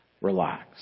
Relax